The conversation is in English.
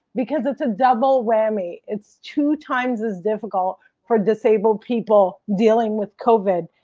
because it's a double whammy. its two times as difficult for disabled people dealing with covid,